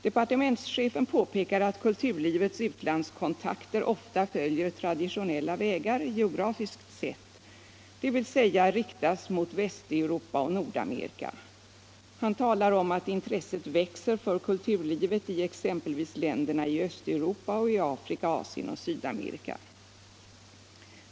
Departementschefen påpekar att kulturlivets utlandskontakter ofta följer traditionella vägar, geografiskt sett, dvs. riktas mot Västeuropa och Nordamerika. Han talar om att intresset växer för kulturlivet i exempelvis länderna i Östeuropa och i Afrika, Asien och Sydamerika.